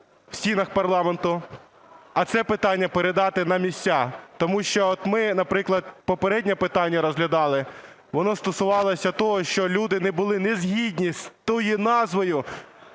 в стінах парламенту, а це питання передати на місця. Тому що от ми, наприклад, попереднє питання розглядали, воно стосувалося того, що люди були не згідні з тою назвою,